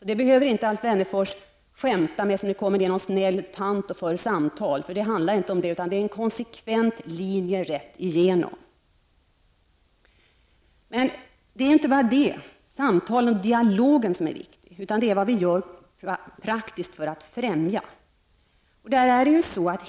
Alf Wennerfors behöver därför inte skämta om någon snäll tant som kommer och för samtal. Det handlar inte om detta, utan här har vi en konsekvent linje rätt rakt igenom. Men det är inte bara samtalen och dialogen som är det viktiga, utan det viktiga är vad vi gör praktiskt för att främja demokratin.